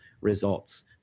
results